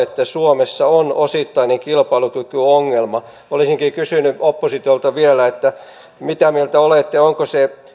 että suomessa on osittainen kilpailukykyongelma olisinkin kysynyt oppositiolta vielä mitä mieltä olette onko se